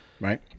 Right